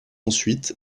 ensuite